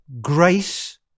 grace